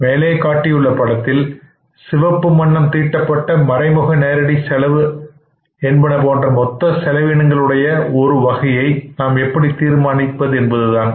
மேலே காட்டியுள்ள படத்தில் சிவப்பு வண்ணம் தீட்டப்பட்ட மறைமுக செலவு நேரடி செலவு என்பன போன்ற மொத்த செலவினங்களின் உடைய ஒரு வகையை நாம் எப்படி தீர்மானிப்பது என்பதுதான்